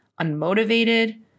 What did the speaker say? unmotivated